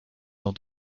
dans